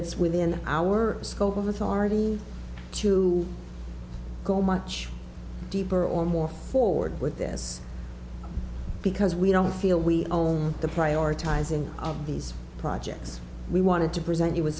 it's within our scope of authority to go much deeper or more forward with this because we don't feel we own the prioritizing of these projects we wanted to present